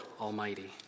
Almighty